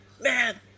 Man